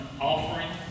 offering